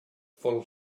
full